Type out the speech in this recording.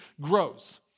grows